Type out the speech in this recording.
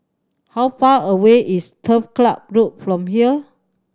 how far away is Turf Ciub Road from here